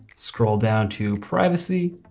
scroll down to privacy,